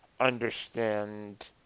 understand